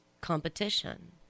competition